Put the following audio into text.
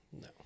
No